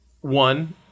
one